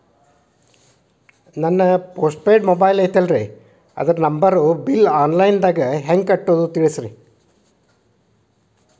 ನನ್ನ post paid mobile ನಂಬರನ್ನು bill online ದಾಗ ಹೆಂಗ್ ಕಟ್ಟೋದು ತಿಳಿಸ್ರಿ